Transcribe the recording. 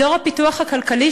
דור הפיתוח הכלכלי,